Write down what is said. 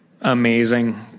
amazing